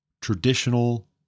traditional